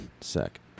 Sec